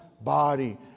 body